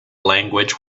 language